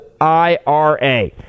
ira